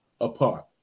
apart